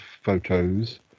photos